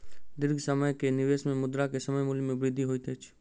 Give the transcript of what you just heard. दीर्घ समय के निवेश में मुद्रा के समय मूल्य में वृद्धि होइत अछि